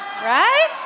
Right